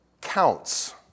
counts